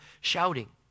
shouting